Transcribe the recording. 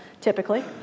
typically